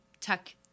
tuck